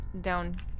down